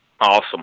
Awesome